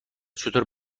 چطور